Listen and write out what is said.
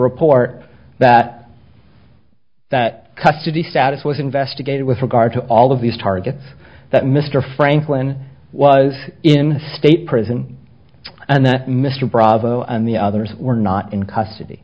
report that that custody status was investigated with regard to all of these targets that mr franklin was in a state prison and that mr bravo and the others were not in custody